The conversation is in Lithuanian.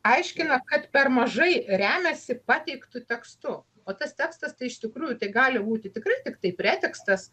aiškina kad per mažai remiasi pateiktu tekstu o tas tekstas tai iš tikrųjų tai gali būti tikrai tiktai pretekstas